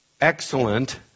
Excellent